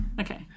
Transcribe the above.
okay